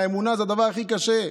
האמונה זה הדבר הכי קשה,